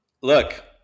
Look